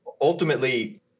ultimately